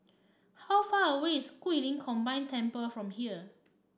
how far away is Guilin Combined Temple from here